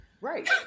Right